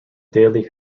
daily